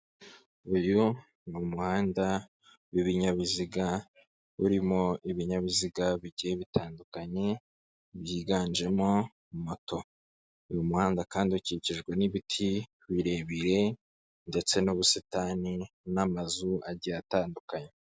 Uyu ni umuhanda w'ibinyabiziga urimo ibinyabiziga bigiye bitandukanye, byiganjemo moto. Uyu muhanda kandi ukikijwe n'ibiti birebire ndetse n'ubusitani n'amazu agiye atandukanye.